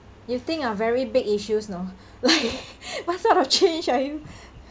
you think of very big issues you know like what sorts of change are you